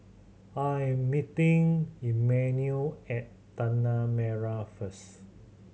I'm meeting Emanuel at Tanah Merah first